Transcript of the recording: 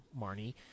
Marnie